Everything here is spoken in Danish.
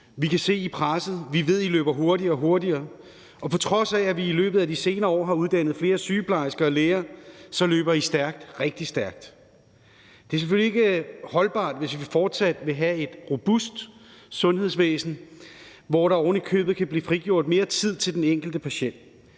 at I er pressede; vi ved, at I løber hurtigere og hurtigere; og på trods af at vi i løbet af de senere år har uddannet flere sygeplejersker og læger, løber I stærkt, rigtig stærkt. Det er selvfølgelig ikke holdbart, hvis vi fortsat vil have et robust sundhedsvæsen, hvor der ovenikøbet kan blive frigjort mere tid til den enkelte patient.